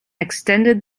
extended